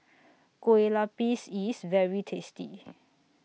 Kueh Lupis IS very tasty